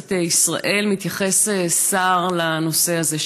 שבכנסת ישראל שר מתייחס לנושא הזה.